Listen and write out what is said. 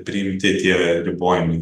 priimti tie ribojimai